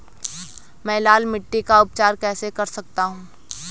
मैं लाल मिट्टी का उपचार कैसे कर सकता हूँ?